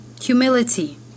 Humility